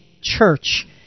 church